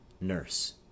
Nurse